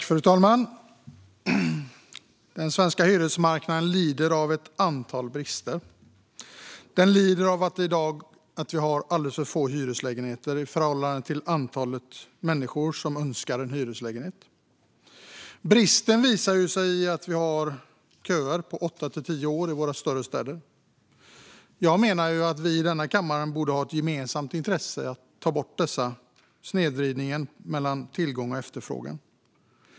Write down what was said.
Fru talman! Den svenska hyresmarknaden lider av ett antal brister. Vi har alldeles för få hyreslägenheter i förhållande till det antal människor som önskar en hyreslägenhet. Vi har också köer på åtta till tio år i våra större städer. Jag menar att vi i kammaren borde ha ett gemensamt intresse av att ta bort denna snedvridning mellan tillgång och efterfrågan.